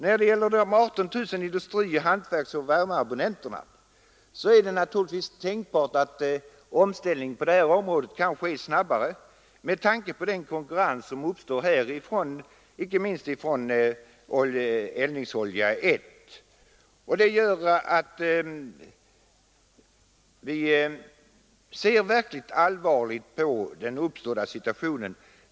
När det gäller de 18 000 industri-, hantverksoch värmeabonnenterna är det tänkbart att en omställning på det området kan ske snabbare med tanke på den konkurrens som uppstår här icke minst från eldningsolja 1. Det gör att vi ser verkligt allvarligt på den uppkomna situationen.